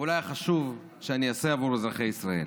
ואולי החשוב, שאני אעשה עבור אזרחי ישראל.